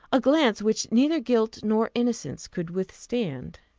a glance which neither guilt nor innocence could withstand.